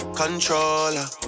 controller